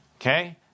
Okay